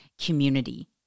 community